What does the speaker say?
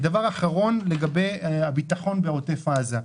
הדבר האחרון הוא לגבי הביטחון בעוטף עזה.